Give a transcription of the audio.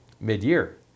mid-year